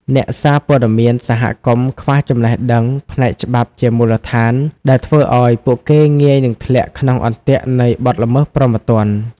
អ្នកសារព័ត៌មានសហគមន៍ខ្វះចំណេះដឹងផ្នែកច្បាប់ជាមូលដ្ឋាន ដែលធ្វើឱ្យពួកគេងាយនឹងធ្លាក់ក្នុងអន្ទាក់នៃបទល្មើសព្រហ្មទណ្ឌ។